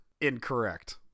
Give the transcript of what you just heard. Incorrect